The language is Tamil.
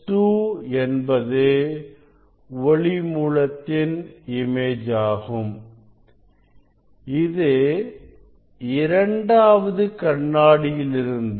S2 என்பது ஒளி மூலத்தின் இமேஜ் ஆகும் இது இரண்டாவது கண்ணாடியில் இருந்து